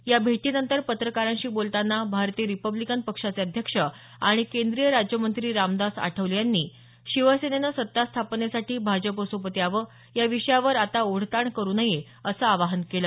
या भेटीनंतर पत्रकारांशी बोलताना भारतीय रिपब्लीकन पक्षाचे अध्यक्ष आणि केंद्रीय राज्यमंत्री रामदास आठवले यांनी शिवसेनेनं सत्ता स्थापनेसाठी भाजपसोबत यावं या विषयावर आता ओढताण करू नये असं आवाहन केलं